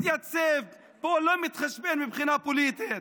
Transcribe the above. מתייצב, פה אני לא מתחשבן מבחינה פוליטית.